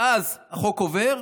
ואז החוק עובר,